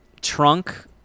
trunk